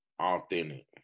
authentic